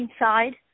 inside